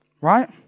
Right